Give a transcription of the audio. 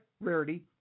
Rarity